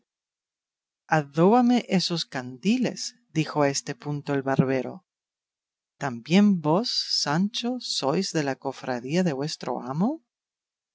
adóbame esos candiles dijo a este punto el barbero también vos sancho sois de la cofradía de vuestro amo